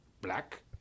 Black